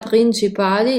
principali